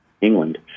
England